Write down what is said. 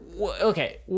okay